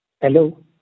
Hello